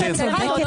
שלכם.